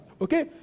Okay